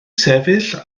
sefyll